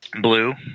Blue